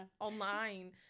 online